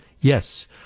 yes